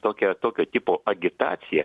tokia tokio tipo agitacija